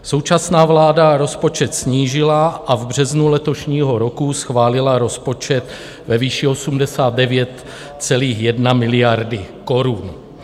Současná vláda rozpočet snížila a v březnu letošního roku schválila rozpočet ve výši 89,1 miliardy korun.